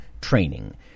training